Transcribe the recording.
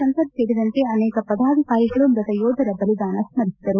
ಶಂಕರ್ ಸೇರಿದಂತೆ ಆನೇಕ ಪದಾಧಿಕಾರಿಗಳು ಮೃತ ಯೋಧರ ಬಲಿದಾನ ಸ್ತರಿಸಿದರು